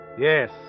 Yes